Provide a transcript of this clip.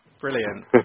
brilliant